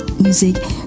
Music